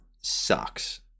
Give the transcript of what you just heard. sucks